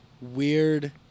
weird